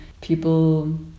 people